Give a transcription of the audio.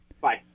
Bye